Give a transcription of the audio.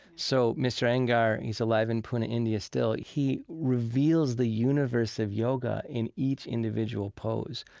so mr. iyengar, he's alive in pune, india, still he reveals the universe of yoga in each individual pose.